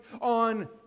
on